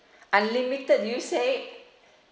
unlimited did you say